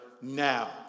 now